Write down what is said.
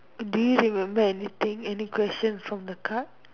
do you remember anything any questions from the card